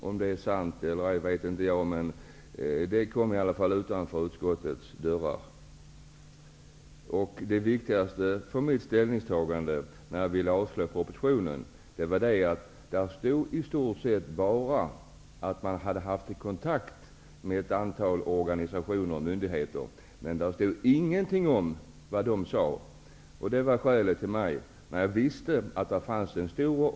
Om det är sant vet jag inte, men detta rykte nådde utanför utskottets dörrar. Det viktigaste för mitt ställningstagande att avstyrka propositionen är att det i den i stort sett enbart stod att man hade haft kontakt med ett antal organisationer och myndigheter. Men det stod inte någonting om vad de hade sagt. Det var mitt skäl för att avstyrka propositionen.